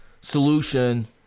solution